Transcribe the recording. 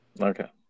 Okay